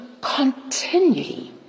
continually